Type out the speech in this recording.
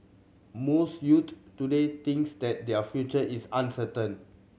most youth today thinks that their future is uncertain